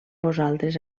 vosaltres